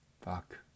Fuck